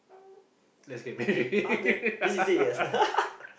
let's get married